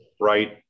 Right